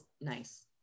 nice